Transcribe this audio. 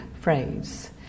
phrase